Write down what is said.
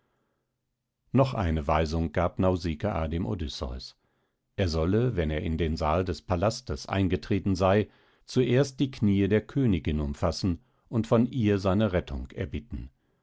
noch eine weisung gab nausikaa dem odysseus er solle wenn er in den saal des palastes eingetreten sei zuerst die kniee der königin umfassen und von ihr seine rettung erbitten